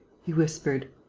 he whispered.